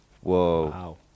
Whoa